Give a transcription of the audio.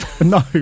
No